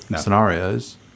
scenarios